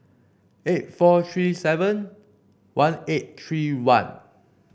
eight four three seven one eight three one